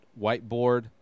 whiteboard